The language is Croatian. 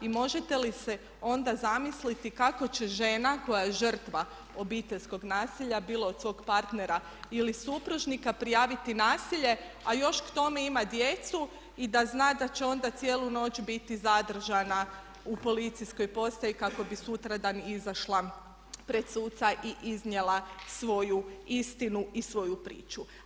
I možete li se onda zamisliti kako će žena koja je žrtva obiteljskog nasilja, bilo od svog partnera ili supružnika prijaviti nasilje a još k tome ima djecu i da zna da će ona cijelu noć biti zadržana u policijskoj postaji kako bi sutra izašla pred suca i iznijela svoju istinu i svoju priču.